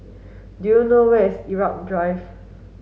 do you know where is Irau Drive